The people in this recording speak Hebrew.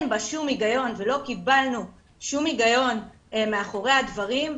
בה שום הגיון ולא קיבלנו שום הגיון מאחורי הדברים,